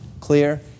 clear